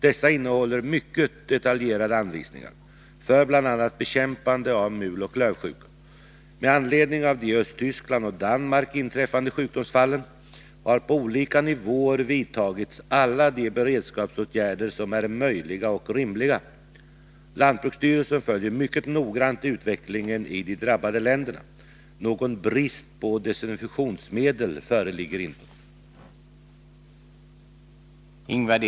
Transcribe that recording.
Dessa innehåller mycket detaljerade anvisningar för bl.a. bekämpande av muloch klövsjuka. Med anledning av de i Östtyskland och Danmark inträffade sjukdomsfallen, har på olika nivåer vidtagits alla de beredskapsåtgärder som är möjliga och rimliga. Lantbruksstyrelsen följer mycket noggrant utvecklingen i de drabbade länderna. Någon brist på desinfektionsmedel föreligger inte.